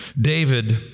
David